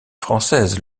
française